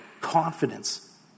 confidence